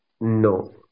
No